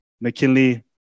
McKinley